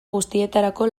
guztietarako